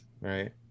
right